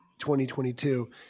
2022